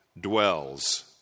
dwells